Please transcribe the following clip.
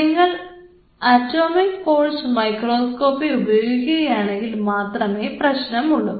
നിങ്ങൾ atomic force microscopy ഉപയോഗിക്കുകയാണെങ്കിൽ മാത്രമേ പ്രശ്നമുള്ളൂ